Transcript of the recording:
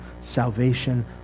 salvation